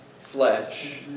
flesh